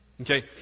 Okay